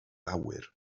awyr